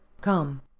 Come